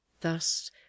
Thus